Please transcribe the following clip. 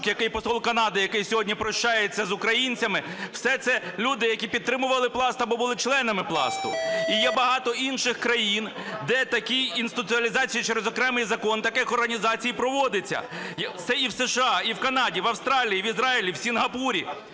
який посол Канади, який сьогодні прощається з українцями, – все це люди, які підтримували Пласт або були членами Пласту. І є багато інших країн, де такі інституалізації через окремий закон таких організацій проводяться: і в США, і в Канаді, в Австралії, в Ізраїлі, в Сінгапурі,